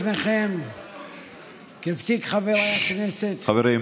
כל הפיאסקו הזה של עלות של מיליארדים של מערכת הבחירות.